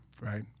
right